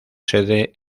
sede